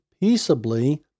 peaceably